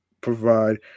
provide